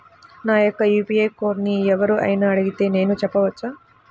నా యొక్క యూ.పీ.ఐ కోడ్ని ఎవరు అయినా అడిగితే నేను చెప్పవచ్చా?